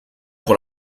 pour